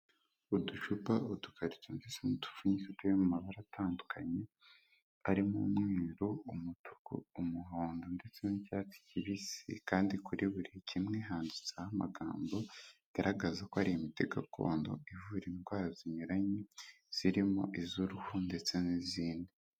Uducupa, udukarito ndetse n'udupfunyika turi mu mabara atandukanye, arimo umweru, umutuku, umuhondo ndetse n'icyatsi kibisi, kandi kuri buri kimwe handitseho amagambo, bigaragaza ko ari imiti gakondo ivura indwara zinyuranye zirimo iz'uruhu ndetse n'izindi.